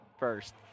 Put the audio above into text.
First